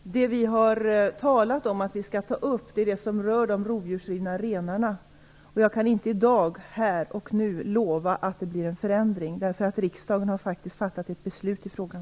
Herr talman! Det vi har talat om att ta upp är det som rör de rovdjursrivna renarna. Jag kan inte i dag, här och nu, lova att det blir en förändring. Riksdagen har faktiskt fattat ett beslut i frågan.